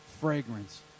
fragrance